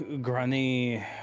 granny